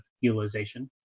utilization